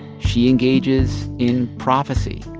she engages in prophecy.